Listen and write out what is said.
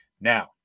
Now